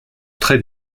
très